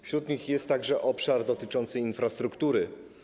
Wśród nich jest także obszar dotyczący infrastruktury.